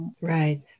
right